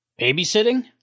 Babysitting